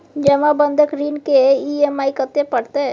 जमा बंधक ऋण के ई.एम.आई कत्ते परतै?